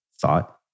thought